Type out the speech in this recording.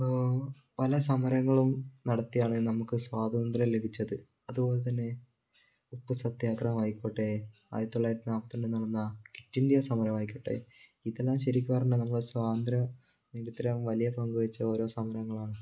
പല സമരങ്ങളും നടത്തിയാണ് നമുക്ക് സ്വാതന്ത്ര്യം ലഭിച്ചത് അതുപോലെ തന്നെ ഉപ്പ് സത്യാഗ്രഹം ആയിക്കോട്ടെ ആയിരത്തി തൊള്ളായിരത്തി നാൽപ്പത്തി രണ്ടിൽ നടന്ന ക്വിറ്റ് ഇന്ത്യ സമരം ആയിക്കോട്ടെ ഇതെല്ലാം ശരിക്ക് പറഞ്ഞാൽ സ്വാതന്ത്ര്യം നേടിത്തരാൻ വലിയ പങ്ക് വഹിച്ച ഓരോ സമരങ്ങളാണ്